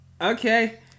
Okay